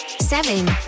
Seven